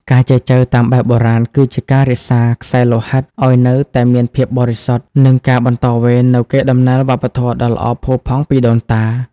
ការចែចូវតាមបែបបុរាណគឺជាការរក្សា "ខ្សែលោហិត" ឱ្យនៅតែមានភាពបរិសុទ្ធ និងការបន្តវេននូវកេរដំណែលវប្បធម៌ដ៏ល្អផូរផង់ពីដូនតា។